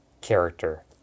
character